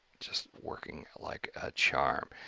just working like a charm.